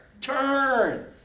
Turn